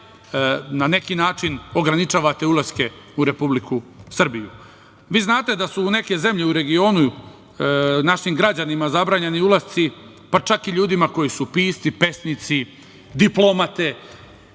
na neki način, ograničavate ulaske u Republiku Srbiju. Vi znate da su neke zemlje u regionu našim građanima zabranile ulazak, pa čak i ljudima koji su pisci, pesnici, diplomate,